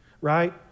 right